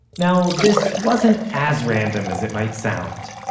now, this wasn't as random as it might sound.